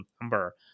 number